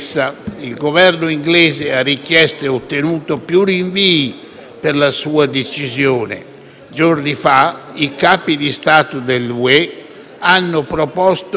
per la sua decisione. Giorni fa i Capi di Stato dell'Unione europea hanno proposto una ulteriore possibile proroga della decisione,